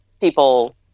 people